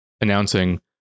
announcing